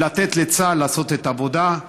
ולתת לצה"ל לעשות את העבודה.